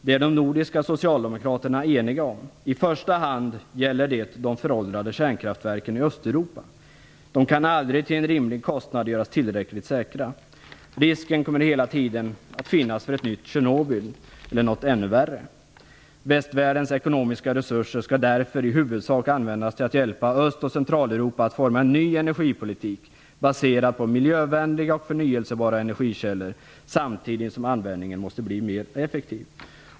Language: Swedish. Det är de nordiska socialdemokraterna eniga om. I första hand gäller det de föråldrade kärnkraftverken i Östeuropa. De kan aldrig till rimlig kostnad göras tillräckligt säkra. Risken kommer hela tiden att finnas för ett nytt Tjernobyl eller något ännu värre. Västvärldens ekonomiska resurser skall därför i huvudsak användas till att hjälpa Öst och Centraleuropa att forma en ny energipolitik, baserad på miljövänliga och förnyelsebara energikällor, samtidigt som användningen måste bli mer effektiv."